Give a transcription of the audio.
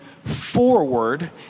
forward